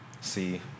see